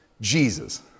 Jesus